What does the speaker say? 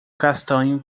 castanho